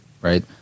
right